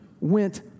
went